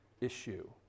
issue